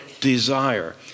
desire